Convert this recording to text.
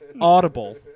Audible